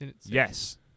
Yes